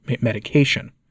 medication